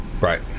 Right